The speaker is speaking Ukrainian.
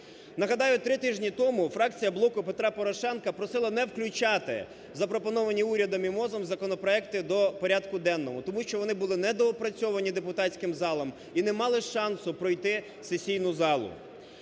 Нагадаю, три тижні тому фракція "Блоку Петра Порошенка" просила не включати запропоновані урядом і МОЗом законопроекти до порядку денного, тому що вони були недопрацьовані депутатським залом і не мали шансу пройти в сесійну залу.